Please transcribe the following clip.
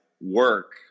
work